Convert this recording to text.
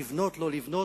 לבנות או לא לבנות,